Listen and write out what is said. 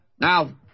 Now